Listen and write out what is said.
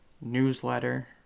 newsletter